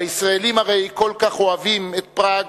הישראלים הרי כל כך אוהבים את פראג,